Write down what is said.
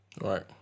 Right